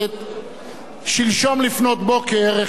שלשום לפנות בוקר החלו מאות מיליוני